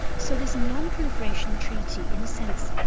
so this non-proliferation treaty in a sense,